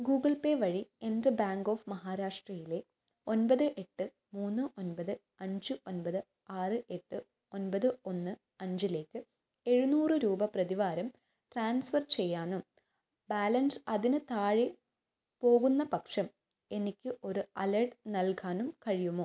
Google Pay വഴി എൻ്റെ bank of മഹാരാഷ്ട്രയിലെ ഒൻപത് എട്ട് മൂന്ന് ഒൻപത് അഞ്ച് ഒൻപത് ആറ് എട്ട് ഒൻപത് ഒന്ന് അഞ്ചിലേക്ക് എഴുനൂറ് രൂപ പ്രതിവാരം ട്രാൻസ്ഫർ ചെയ്യാനും ബാലൻസ് അതിന് താഴെ പോകുന്ന പക്ഷം എനിക്ക് ഒരു അലേർട്ട് നൽകാനും കഴിയുമോ